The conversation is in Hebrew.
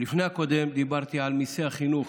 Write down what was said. בנאום לפני הקודם דיברתי על מיסי החינוך,